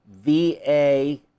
va